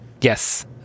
Yes